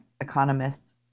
economists